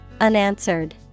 Unanswered